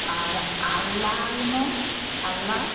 আর আলনা এগুলো আলনা